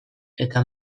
eta